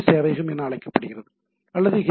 சேவையகம் என அழைக்கப்படுகிறது அல்லது ஹெச்